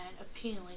appealing